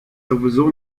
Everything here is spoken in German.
sowieso